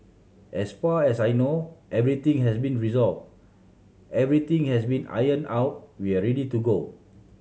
as far as I know everything has been resolved everything has been ironed out we are ready to go